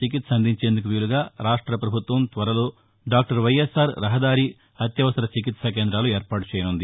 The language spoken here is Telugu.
చికిత్స అందించేందుకు వీలుగా రాష్ట ప్రభుత్వం త్వరలో డాక్టర్ వైఎస్సార్ రహదారి అత్యవసర చికిత్స కేంద్రాలు ఏర్పాటు చేయనుంది